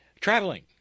traveling